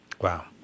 Wow